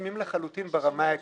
מסכימים לחלוטין ברמה העקרונית.